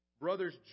Brothers